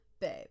Babe